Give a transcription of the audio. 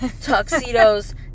Tuxedos